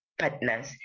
partners